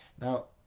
Now